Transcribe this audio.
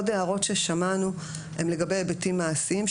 עוד הערות ששמענו הן לגבי היבטים מעשיים,